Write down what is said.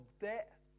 debt